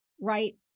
right